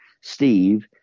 Steve